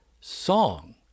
song